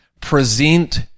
Present